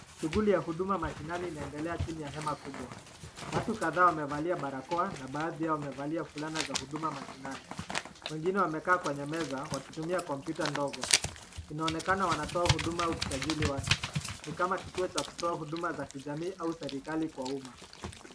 Shughuli ya huduma mashindani unaendelea chini ya hema kubwa. Watu kadha wamevalia barakoa na baadhi yao wamevalia fulana za huduma mashindani. Wengine wamekaa kwenye meza wakitumia computer ndogo inaonekana wanatoa huduma ya kusajili watu. Ni kama ni kituo Cha kutoa huduma ya kijamii au serikali kwa uma.